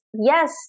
yes